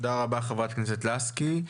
תודה רבה, חברת הכנסת לסקי.